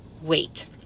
wait